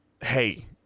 Hey